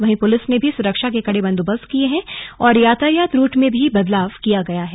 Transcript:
वहीं पुलिस ने भी सुरक्षा के कड़े बंदोबस्त किये हैं और यातायात रूट में भी बदलाव किया गया है